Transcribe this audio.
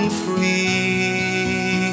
free